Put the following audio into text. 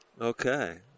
okay